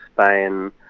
Spain